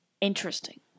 interesting